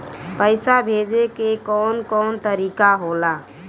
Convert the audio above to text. पइसा भेजे के कौन कोन तरीका होला?